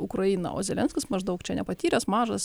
ukrainą o zelenskis maždaug čia nepatyręs mažas